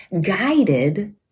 guided